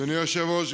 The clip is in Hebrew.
אדוני היושב-ראש.